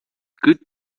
good